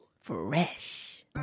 Fresh